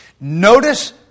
Notice